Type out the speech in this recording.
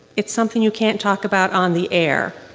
it's something you can't talk about on the air.